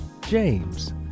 James